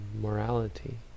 morality